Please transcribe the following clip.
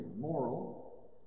moral